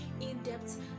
in-depth